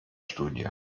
studie